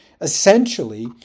essentially